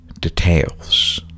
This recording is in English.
details